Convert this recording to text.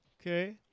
Okay